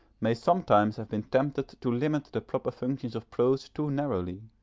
may sometimes have been tempted to limit the proper functions of prose too narrowly